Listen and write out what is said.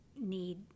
need